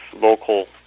local